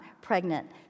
pregnant